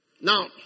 Now